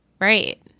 Right